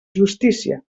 justícia